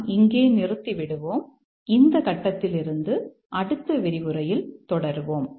நாம் இங்கே நிறுத்திவிடுவோம் இந்த கட்டத்தில் இருந்து அடுத்த விரிவுரையில் தொடருவோம்